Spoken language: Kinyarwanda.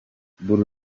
bull